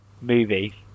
movie